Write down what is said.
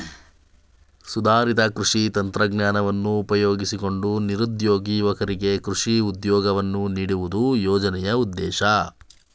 ಸುಧಾರಿತ ಕೃಷಿ ತಂತ್ರಜ್ಞಾನವನ್ನು ಉಪಯೋಗಿಸಿಕೊಂಡು ನಿರುದ್ಯೋಗಿ ಯುವಕರಿಗೆ ಕೃಷಿ ಉದ್ಯೋಗವನ್ನು ನೀಡುವುದು ಯೋಜನೆಯ ಉದ್ದೇಶ